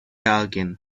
alguien